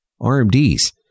RMDs